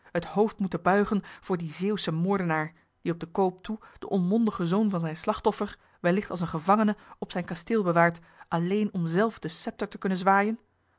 het hoofd moeten buigen voor dien zeeuwschen moordenaar die op den koop toe den onmondigen zoon van zijn slachtoffer wellicht als een gevangene op zijn kasteel bewaart alleen om zelf den scepter te kunnen zwaaien